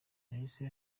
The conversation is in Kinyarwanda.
yahise